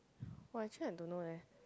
!wah! actually I don't know leh